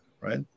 right